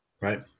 Right